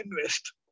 invest